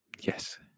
Yes